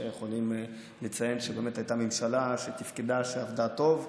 שיכולים לציין שהייתה ממשלה שתפקדה ועבדה טוב.